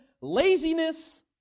laziness